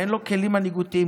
אין לו כלים מנהיגותיים,